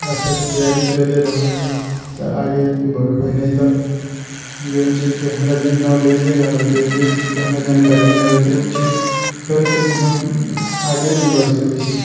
अच्छासँ तैयारी कैले रहबै तऽ आगे बढ़बै नहि तऽ जे चीजके हमरा जखन नौलेजे नहि रहतै जे चीजके हमरा जानकारिये नहि रहतै ओ चीज करिके भी हम आगे नहि बढ़ि सकैत छी